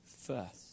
first